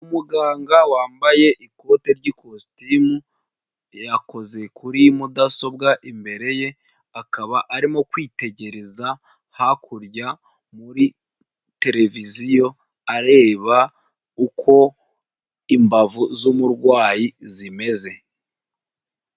Umuganga wambaye ikote ry'ikositimu yakoze kuri mudasobwa imbere ye, akaba arimo kwitegereza hakurya muri televiziyo areba uko imbavu z'umurwayi zimeze.